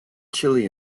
chilly